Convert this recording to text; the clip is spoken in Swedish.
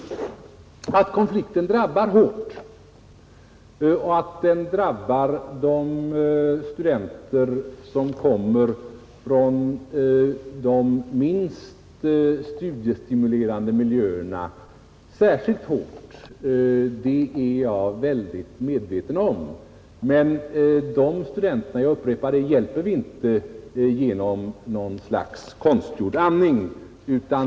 Att konflikten drabbar hårt, och att den drabbar de studenter som kommer från de minst studiestimulerande miljöerna särskilt hårt, är jag synnerligen medveten om, men vi hjälper inte de studenterna — jag upprepar det — genom något slags konstgjord andning.